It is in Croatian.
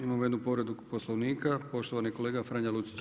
Imamo jednu povredu Poslovnika poštovani kolega Franjo Lucić.